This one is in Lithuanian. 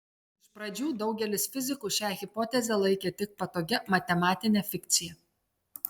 iš pradžių daugelis fizikų šią hipotezę laikė tik patogia matematine fikcija